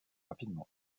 rapidement